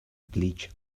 bleach